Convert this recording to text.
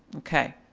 okay.